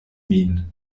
min